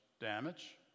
damage